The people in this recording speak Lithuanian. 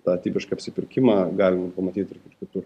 tą tipišką apsipirkimą galima pamatyti ir kitur